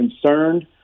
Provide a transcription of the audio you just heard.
concerned